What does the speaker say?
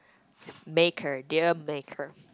maker deal maker